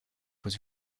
was